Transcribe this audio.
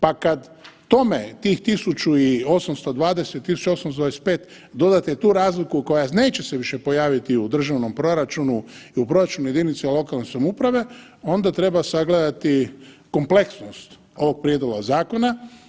Pa kad tome tih 1.820, 1.825 dodate tu razliku koja se neće više pojaviti u državnom proračunu i u proračunu jedinice lokalne samouprave onda treba sagledati kompleksnost ovog prijedloga zakona.